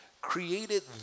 created